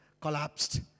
collapsed